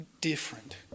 different